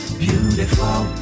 beautiful